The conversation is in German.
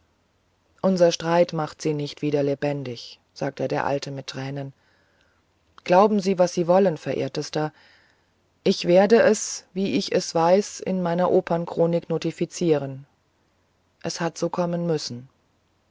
unser streit macht sie nicht wieder lebendig sagte der alte mit tränen glauben sie was sie wollen verehrter ich werde es wie ich es weiß in meiner opernchronik notifizieren es hat so kommen müssen